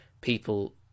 people